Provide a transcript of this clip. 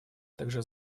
также